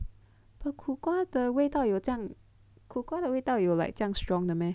苦瓜的味道有这样苦瓜的味道有 like 这样 strong 的 meh